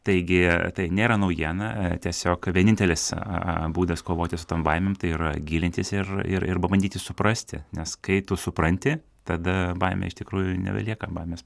taigi tai nėra naujiena e tiesiog vienintelis būdas a a a kovoti su su tom baimėm tai yra gilintis ir ir pabandyti suprasti nes kai tu supranti tada baimė iš tikrųjų nebelieka baimės